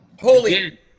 Holy